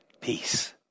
peace